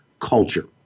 culture